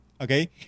okay